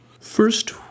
First